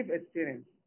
experience